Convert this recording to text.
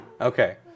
Okay